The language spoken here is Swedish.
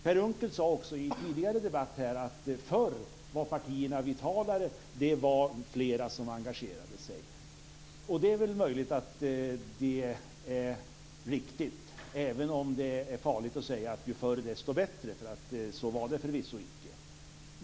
Per Unckel sade i en tidigare debatt här att förr var partierna vitalare, det var fler som engagerade sig. Det är väl möjligt att det är riktigt, även om det är farligt att säga att ju förr, desto bättre. Så var det förvisso icke.